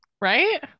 Right